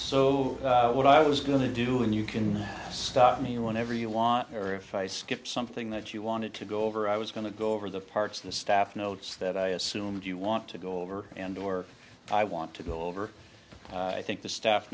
so what i was going to do and you can stop me whenever you want or if i skip something that you wanted to go over i was going to go over the parts of the staff notes that i assume if you want to go over and or i want to go over i think the staff